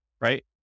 right